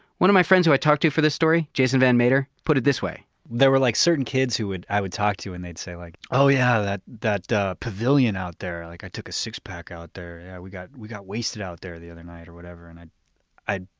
one of my friends who i talked to for the story jason van mater, put it this way there were like, certain kids who would i would talk to and they'd say like, oh yeah, that that pavilion out there. like i took a six pack out there, yeah we got we got wasted out there the other night. or whatever and i,